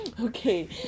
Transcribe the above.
okay